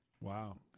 Wow